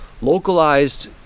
localized